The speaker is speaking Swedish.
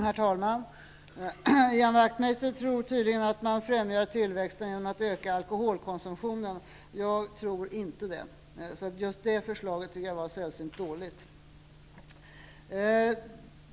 Herr talman! Ian Wachtmeister tror tydligen att man främjar tillväxten genom att öka alkoholkonsumtionen. Jag tror inte det. Just det förslaget var sällsynt dåligt.